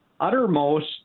uttermost